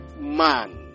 man